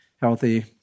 healthy